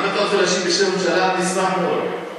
אם אתה רוצה להשיב בשם הממשלה, אני אשמח מאוד.